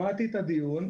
שמעתי את הדיון.